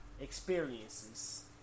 experiences